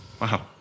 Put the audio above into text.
wow